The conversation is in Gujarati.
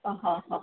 હા હ હ